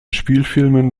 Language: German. spielfilmen